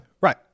Right